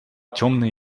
темные